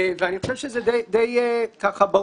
אני חושב שזה די ברור,